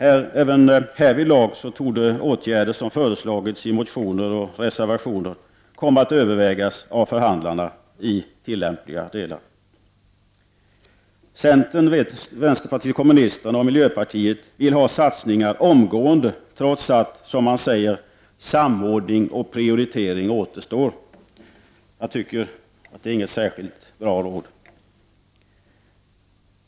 Även härvidlag torde åtgärder som föreslagits i motioner och reservationer komma att övervägas av förhandlarna i tillämpliga delar. Centern, vänsterpartiet och miljöpartiet vill ha satsningar omgående trots att, som de säger, samordning och prioritering återstår. Det är inget särskilt bra råd.